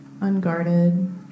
unguarded